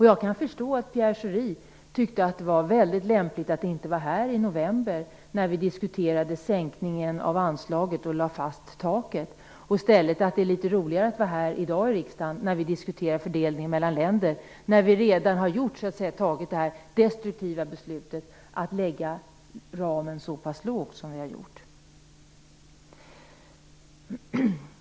Jag kan förstå att Pierre Schori tyckte att det var lämpligt att inte vara här i november, när vi diskuterade sänkningen av anslaget och lade fast taket, och att det är roligare att vara här i riksdagen i dag, när vi diskuterar fördelningen mellan länder, när vi redan har tagit det destruktiva beslutet att lägga ramen så pass lågt som vi har gjort.